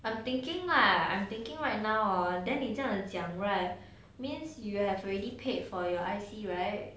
I'm thinking lah I'm thinking right now hor then 你这样子讲 right means you have already paid for your I_C right